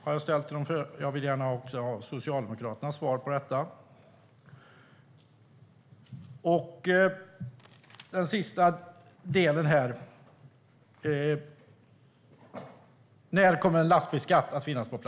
Jag har ställt den frågan till tidigare talare och vill gärna också ha Socialdemokraternas svar. När kommer en lastbilsskatt att finnas på plats?